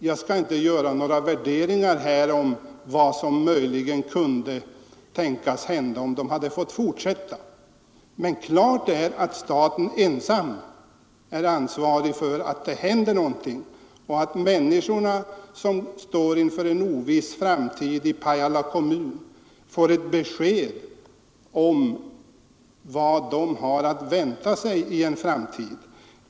Jag skall inte göra någon värdering av vad som möjligen kunde tänkas ha hänt om företaget fått fortsätta, men klart är att staten ensam är ansvarig för att det händer någonting och att människorna i Pajala kommun, som står inför en oviss framtid, får ett besked om vad de har att vänta sig.